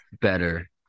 better